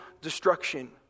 destruction